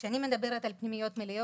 (הצגת מצגת) כשאני מדברת על פנימיות מלאות,